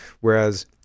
Whereas